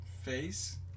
face